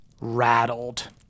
rattled